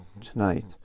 tonight